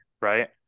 right